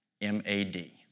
M-A-D